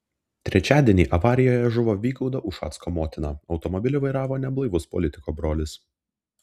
trečiadienį avarijoje žuvo vygaudo ušacko motina automobilį vairavo neblaivus politiko brolis